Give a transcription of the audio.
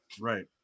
right